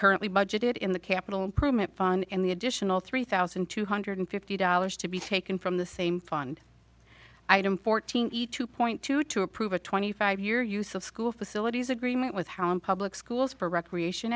currently budgeted in the capital improvement in the additional three thousand two hundred fifty dollars to be taken from the same fund item fourteen point two to approve a twenty five year use of school facilities agreement with how in public schools for recreation